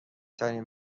ترین